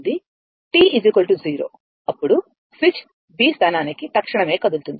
t 0 అప్పుడు switch B స్థానానికి తక్షణమే కదులుతుంది